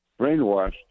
brainwashed